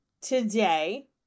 today